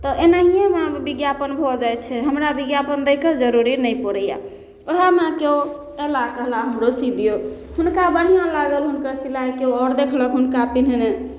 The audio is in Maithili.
तऽ एनाहिएमे विज्ञापन भऽ जाइ छै हमरा विज्ञापन दैके जरूरी नहि पड़ैए ओहेमे केओ अएला कहला हमरो सी दिऔ हुनका बढ़िआँ लागल हुनकर सिलाइ केओ आओर देखलक हुनका पेन्हने